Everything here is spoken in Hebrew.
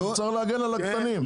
צריך להגן על הקטנים.